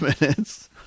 minutes